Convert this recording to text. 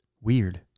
Weird